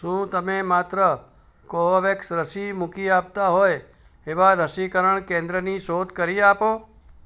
શું તમે માત્ર કોવોવેક્સ રસી મૂકી આપતાં હોય એવા રસીકરણ કેન્દ્રની શોધ કરી આપો